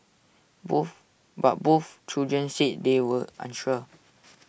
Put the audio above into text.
both but both children said they were unsure